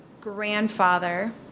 grandfather